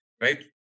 right